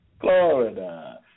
Florida